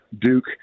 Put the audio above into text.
Duke